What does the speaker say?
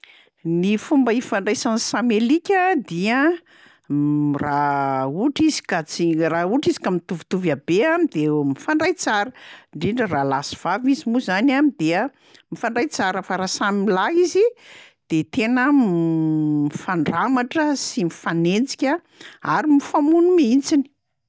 Ny fomba ifandraisan'ny samy alika dia raha ohatra izy ka tsy- raha ohatra izy ka mitovitovy habe a de mifandray tsara, ndrindra raha lahy sy vavy izy moa zany a dia mifandray tsara, fa raha samy lahy izy de tena mifandramatra sy mifanenjika ary mifamono mihitsiny.